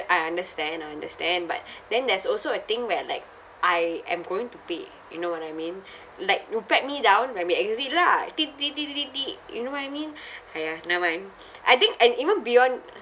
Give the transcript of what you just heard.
I understand I understand but then there's also a thing where like I am going to pay you know what I mean like you pat me down when we exit lah di di di di di di you know what I mean !haiya! nevermind I think and even beyond